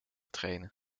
trainen